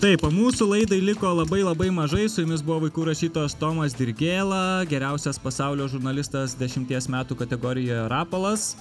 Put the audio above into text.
taip o mūsų laidai liko labai labai mažai su jumis buvo vaikų rašytojas tomas dirgėla geriausias pasaulio žurnalistas dešimties metų kategorijoje rapolas